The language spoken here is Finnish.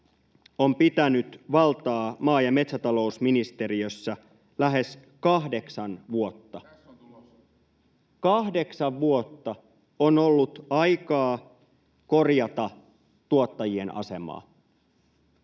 on pitänyt valtaa maa- ja metsätalousministeriössä lähes kahdeksan vuotta. [Mikko Lundén: Tässä on tulos!] Kahdeksan vuotta on ollut aikaa korjata tuottajien asemaa.